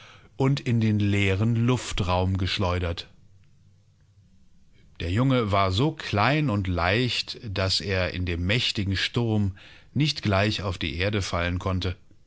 und nielsholgersen derganzsorglosdasaßundvonkeinergefahrträumte ward vondemgänserückengehobenundindenleerenluftraumgeschleudert der junge war so klein und so leicht daß er in dem mächtigen sturm nicht gleich auf die erde fallen konnte